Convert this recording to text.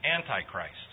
Antichrist